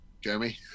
Jeremy